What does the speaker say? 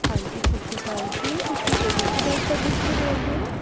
ਹਾਂਜੀ ਸਤਿ ਸ਼੍ਰੀ ਅਕਾਲ ਜੀ ਤੁਸੀਂ ਏਬੀਸੀ ਬੱਸ ਸਰਵਿਸ ਤੋਂ ਬੋਲਦੇ ਹੋ